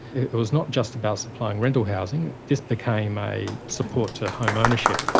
it was not just about supplying rental housing, this became a support to home ownership.